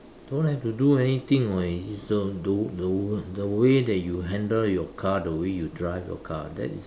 don't have to do anything [what] is the the the the way you handle your car the way you drive your car that is the